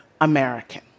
American